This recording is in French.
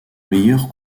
meilleur